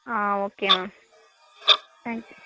ah okay ma'am thank you